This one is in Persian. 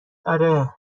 آره